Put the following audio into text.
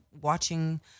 watching